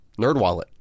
NerdWallet